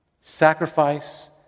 Sacrifice